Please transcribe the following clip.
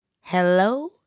hello